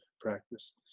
practice